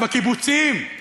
בקיבוצים.